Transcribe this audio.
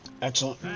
Excellent